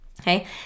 okay